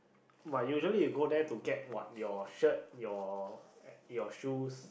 but you usually go there to get what your shirt your your shoes